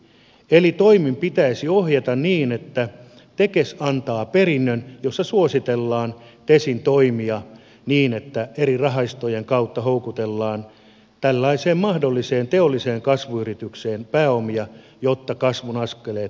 eri toimin pitäisi ohjata niin että tekes antaa perinnön jossa suositellaan tesin toimia niin että eri rahastojen kautta houkutellaan tällaiseen mahdolliseen teolliseen kasvuyritykseen pääomia jotta kasvun askeleet voidaan ottaa